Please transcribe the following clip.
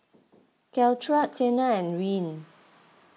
Caltrate Tena and Rene